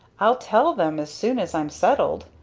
i'll tell them as soon as i'm settled.